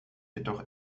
jedoch